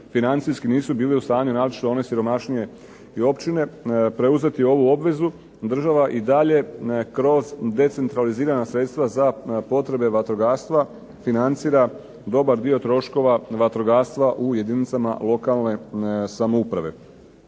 financijski nisu bile u stanju naročito one siromašnije i općine preuzeti ovu obvezu, država i dalje kroz decentralizirana sredstva za potrebe vatrogastva financira dobar dio troškova vatrogastva u jedinicama lokalne samouprave.